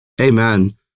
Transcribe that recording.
amen